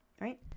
right